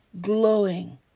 glowing